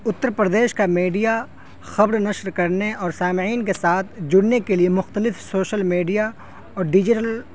اتر پردیش کا میڈیا خبر نشر کرنے اور سامعین کے ساتھ جڑنے کے لیے مختلف سوشل میڈیا اور ڈیجیٹل